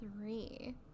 three